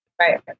Right